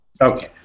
Okay